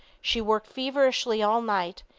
she worked feverishly all night,